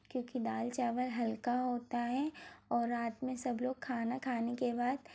क्योंकि दाल चावल हल्का होता है और रात में सब लोग खाना खाने के बाद